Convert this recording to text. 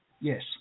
Yes